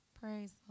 Praise